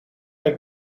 een